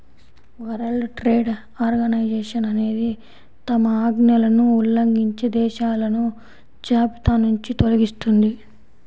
world trade organization అనేది తమ ఆజ్ఞలను ఉల్లంఘించే దేశాలను జాబితానుంచి తొలగిస్తుంది